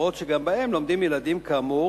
אף-על-פי שגם בהם לומדים ילדים כאמור